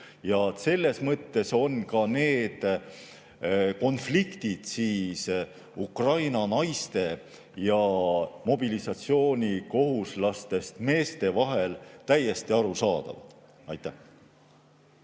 Selles mõttes on need konfliktid Ukraina naiste ja mobilisatsioonikohuslastest meeste vahel täiesti arusaadavad. Jah,